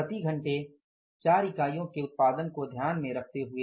प्रति घंटे 4 इकाइयों के उत्पादन को ध्यान में रखते हुए